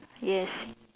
yes